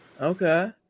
Okay